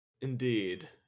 Indeed